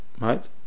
right